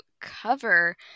cover